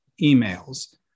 emails